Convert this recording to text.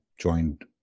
joined